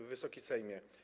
Wysoki Sejmie!